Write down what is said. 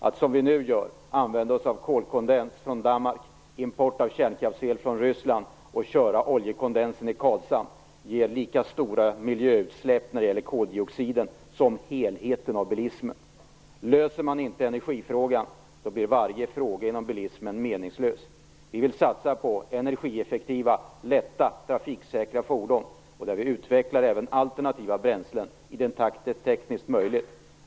Att som vi nu gör använda oss av kolkondenskraft från Danmark, import av kärnkraftsel från Ryssland och använda oljekondens i Karlshamn ger lika stora miljöutsläpp när det gäller koldioxider som helheten av bilismen. Löser man inte energifrågan blir varje fråga när det gäller bilismen meningslös. Vi vill satsa på energieffektiva, lätta och trafiksäkra fordon. Vi vill även utveckla alternativa bränslen i den takt det är tekniskt möjligt.